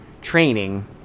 training